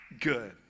good